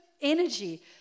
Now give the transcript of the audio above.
energy